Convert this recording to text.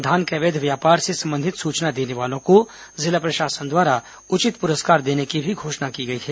धान के अवैध व्यापार से संबंधित सूचना देने वालों को जिला प्रशासन द्वारा उचित पुरस्कार देने की भी घोषणा की गई है